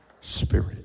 Spirit